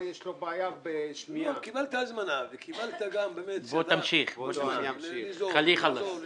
אל תהפכו לי את הקערה.